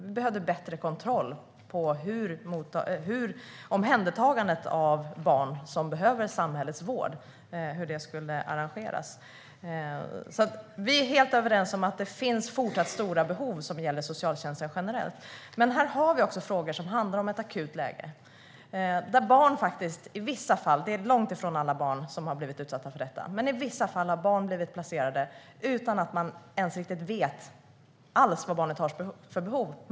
Vi behövde bättre kontroll på hur omhändertagandet av barn som behöver samhällets vård skulle arrangeras. Vi är helt överens om att det finns fortsatt stora behov hos socialtjänsten generellt. Men nu har vi ett akut läge. I vissa fall har barn blivit placerade utan att man vet vad barnet har för behov.